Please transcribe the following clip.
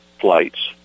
flights